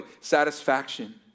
satisfaction